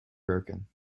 broken